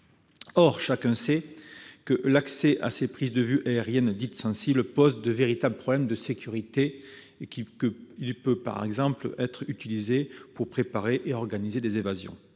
Or chacun sait que l'accès à ces prises de vues aériennes dites « sensibles » pose de véritables problèmes de sécurité. Cela peut par exemple être utilisé pour préparer et organiser des évasions.